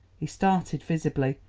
he started visibly.